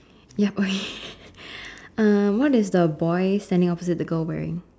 yup okay um what is the boy standing opposite the girl wearing